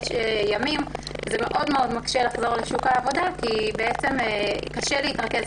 ימים זה מקשה מאוד לחזור לשוק העבודה כי קשה להתרכז,